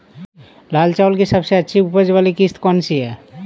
लाल चावल की सबसे अच्छी उपज वाली किश्त कौन सी है?